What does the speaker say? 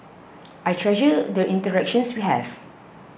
I treasure the interactions we have